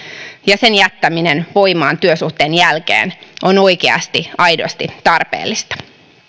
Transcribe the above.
ja sen jättäminen voimaan työsuhteen jälkeen on oikeasti aidosti tarpeellista